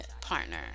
partner